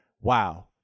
wow